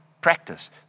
practice